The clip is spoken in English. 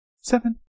seven